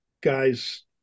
guys